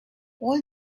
all